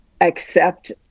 accept